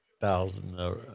thousand